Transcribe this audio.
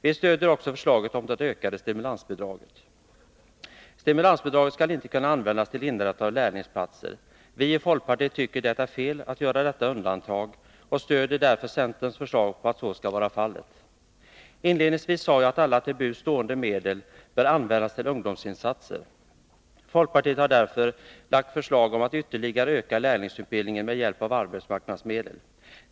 Vi stöder också förslaget om det ökade stimulansbidraget. Stimulansbidraget skall dock inte kunna användas till inrättande av lärlingsplatser. Vi i folkpartiet tycker det är fel att göra detta undantag och stöder därför centerns förslag att det skall få användas även till lärlingsplatser. Inledningsvis sade jag att alla till buds stående medel bör användas till ungdomsinsatser. Folkpartiet har därför lagt fram förslag om att ytterligare öka lärlingsutbildningen med hjälp av arbetsmarknadsmedel.